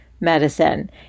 medicine